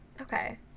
okay